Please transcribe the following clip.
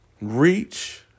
Reach